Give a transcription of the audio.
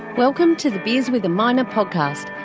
welcome to the beers with a miner podcast,